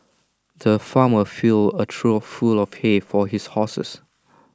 the farmer filled A trough full of hay for his horses